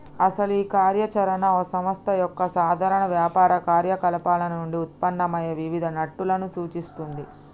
అసలు ఈ కార్య చరణ ఓ సంస్థ యొక్క సాధారణ వ్యాపార కార్యకలాపాలు నుండి ఉత్పన్నమయ్యే వివిధ నట్టులను సూచిస్తుంది